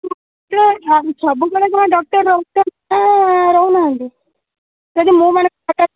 ଶୁଣନ୍ତୁ ସବୁବେଳେ କଣ ଡ଼କ୍ଟର ରହୁଛନ୍ତି ନା ରହୁନାହାନ୍ତି ଯଦି ମୁଁ ମାନେ ହଠାତ୍